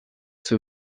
zur